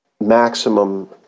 maximum